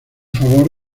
favor